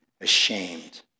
ashamed